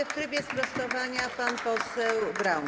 W trybie sprostowania pan poseł Braun.